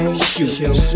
shoot